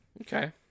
Okay